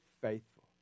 faithful